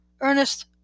Ernest